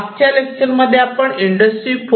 मागच्या लेक्चरमध्ये आपण इंडस्ट्री 4